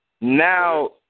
now